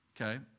Okay